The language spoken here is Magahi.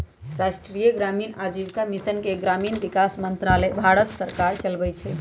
राष्ट्रीय ग्रामीण आजीविका मिशन के ग्रामीण विकास मंत्रालय भारत सरकार चलाबै छइ